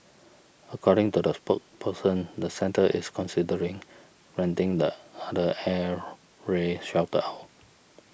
according to the spokesperson the centre is considering renting the other air raid shelter out